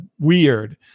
weird